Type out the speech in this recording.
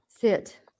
Sit